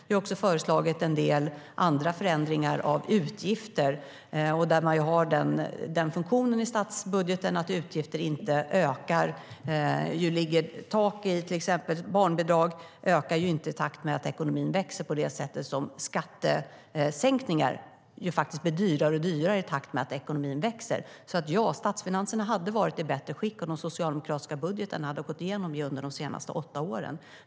Vi har också föreslagit en del andra förändringar av utgifter som har den funktionen i statsbudgeten att de inte ökar i takt med att ekonomin växer utan har tak, till exempel barnbidraget. Skattesänkningar däremot blir dyrare och dyrare i takt med att ekonomin växer. Ja, statsfinanserna hade varit i bättre skick om de socialdemokratiska budgetarna hade gått igenom under de senaste åtta åren.